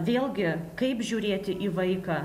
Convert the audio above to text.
vėlgi kaip žiūrėti į vaiką